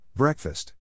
Breakfast